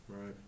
Right